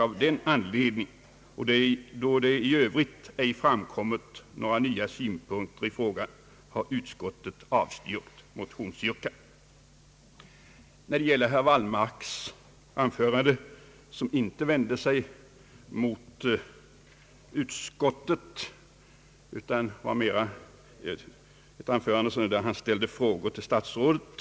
Av denna anledning och då i övrigt inte framkommit några nya synpunkter har utskottet avstyrkt motionsyrkandet. Herr Wallmarks anförande vände sig inte mot utskottets skrivning utan innebar till största delen att han ställde frågor till statsrådet.